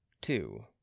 Two